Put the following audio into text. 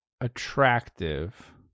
attractive